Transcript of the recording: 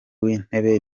w’intebe